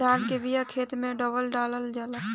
धान के बिया खेत में कब डालल जाला?